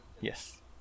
yes